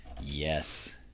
yes